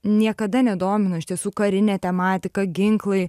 niekada nedomino iš tiesų karinė tematika ginklai